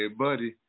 buddy